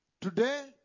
today